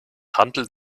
handelt